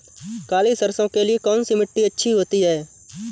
काली सरसो के लिए कौन सी मिट्टी अच्छी होती है?